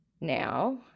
now